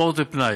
ספורט ופנאי,